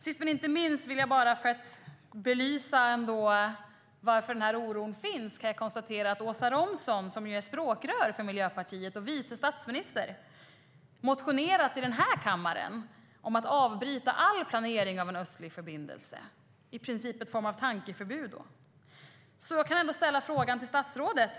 Sist men inte minst och bara för att belysa varför den här oron finns kan jag konstatera att Åsa Romson, som ju är språkrör för Miljöpartiet och vice statsminister, har motionerat i den här kammaren om att avbryta all planering av en östlig förbindelse - i princip en form av tankeförbud. Därför vill jag ställa en fråga till statsrådet.